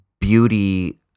beauty